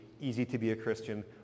easy-to-be-a-Christian